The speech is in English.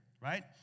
right